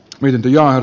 yli miljoonan